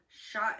shot